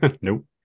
Nope